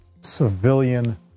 civilian